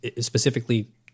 specifically